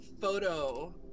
photo